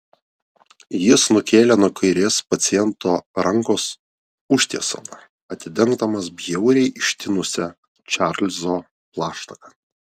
jis nukėlė nuo kairės paciento rankos užtiesalą atidengdamas bjauriai ištinusią čarlzo plaštaką